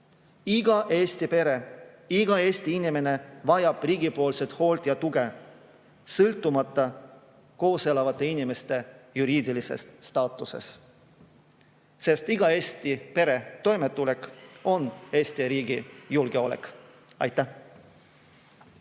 Iga Eesti pere, iga Eesti inimene vajab riigipoolset hoolt ja tuge, sõltumata koos elavate inimeste juriidilisest staatusest, sest iga Eesti pere toimetulek on Eesti riigi julgeolek. Aitäh!